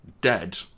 dead